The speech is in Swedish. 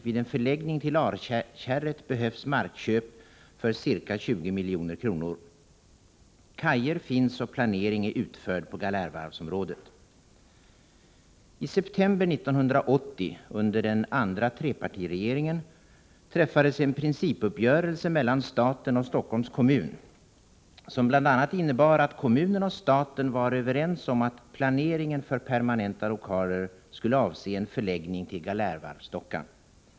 Vid en förläggning till Alkärret blir det fråga om markköp för ca 20 milj.kr. — Kajer finns och planering är utförd på Galärvarvsområdet. Om planeringen för ett permanent I september 1980 — under den andra trepartiregeringen — träffades en Wasamuseum principuppgörelse mellan staten och Stockholms kommun som bl.a. innebar att kommunen och staten var överens om att planeringen för permanenta lokaler skulle avse en förläggning till Galärvarvsdockan.